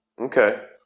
Okay